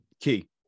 Key